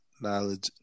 knowledge